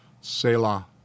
Selah